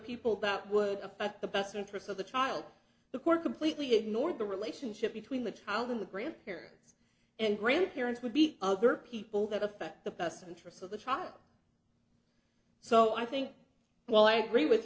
people that would affect the best interests of the child the court completely ignored the relationship between the child and the grandparents and grandparents would be other people that effect the best interests of the child so i think while i agree with